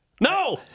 no